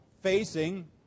facing